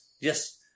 Yes